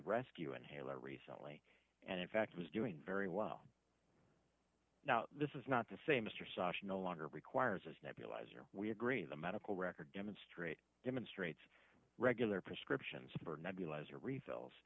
rescue inhaler recently and in fact was doing very well now this is not to say mr sashi no longer requires as nebulizer we agree the medical record demonstrate demonstrates regular prescriptions for nebulizer refills